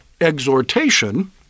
exhortation